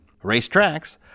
racetracks